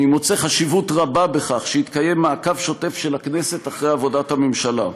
אני מוצא חשיבות רבה בכך שיתקיים מעקב שוטף של הכנסת אחרי עבודת הממשלה,